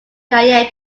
via